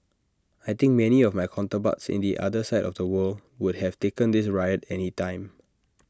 I think many of my counterparts in the other side of the world would have taken this riot any time